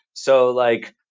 so, like,